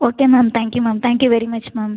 okay ma'am thank you ma'am thank you very much ma'am